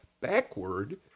backward